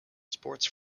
sports